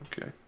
Okay